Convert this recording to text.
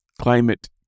climate